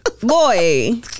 Boy